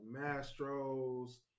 Mastro's